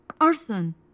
Arson